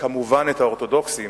וכמובן את האורתודוקסים,